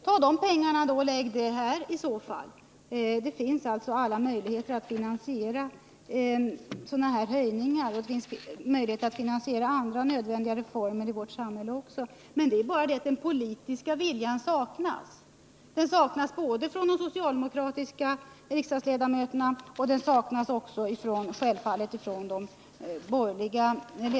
Ta de pengarna och lägg här, då! Det finns alla möjligheter att finansiera barnbidragshöjningar och andra nödvändiga reformer. Men den politiska viljan saknas, både hos de socialdemokratiska riksdagsledamöterna och självfallet också hos de borgerliga.